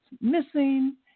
missing